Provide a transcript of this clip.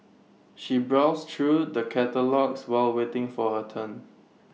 she browsed through the catalogues while waiting for her turn